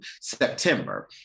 September